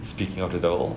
speaking of the devil